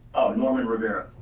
norman rivera.